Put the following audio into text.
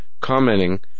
commenting